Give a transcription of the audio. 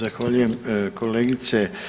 Zahvaljujem kolegice.